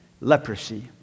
leprosy